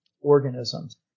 organisms